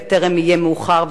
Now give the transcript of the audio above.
בטרם יהיה מאוחר,